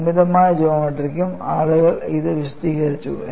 പരിമിതമായ ജ്യോമട്രിക്കും ആളുകൾ ഇത് വിശദീകരിച്ചു